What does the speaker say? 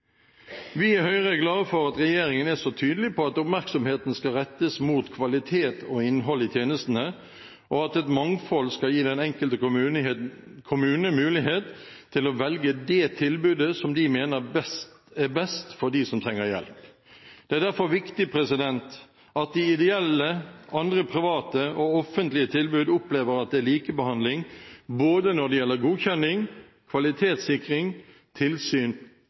Vi i Høyre er glade for at regjeringen er så tydelig på at oppmerksomheten skal rettes mot kvalitet og innhold i tjenestene, og at et mangfold skal gi den enkelte kommune mulighet til å velge det tilbudet som de mener er best for dem som trenger hjelp. Det er derfor viktig at de ideelle, andre private og offentlige tilbud opplever at det er likebehandling både når det gjelder godkjenning, kvalitetssikring, tilsyn